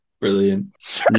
brilliant